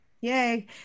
Yay